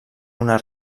una